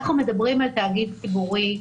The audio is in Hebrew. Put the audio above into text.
אנחנו מדברים על תאגיד ציבורי.